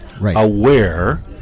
aware